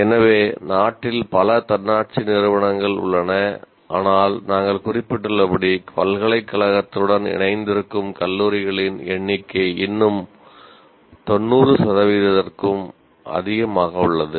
எனவே நாட்டில் பல தன்னாட்சி நிறுவனங்கள் உள்ளன ஆனால் நாங்கள் குறிப்பிட்டுள்ளபடி பல்கலைக்கழகத்துடன் இணைந்திருக்கும் கல்லூரிகளின் எண்ணிக்கை இன்னும் 90 சதவீதத்திற்கும் அதிகமாக உள்ளது